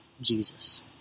Jesus